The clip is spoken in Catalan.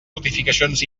notificacions